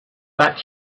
that